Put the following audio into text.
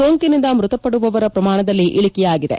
ಸೋಂಕಿನಿಂದ ಮೃತಪಡುವವರ ಪ್ರಮಾಣದಲ್ಲಿ ಇಳಿಕೆಯಾಗಿದೆ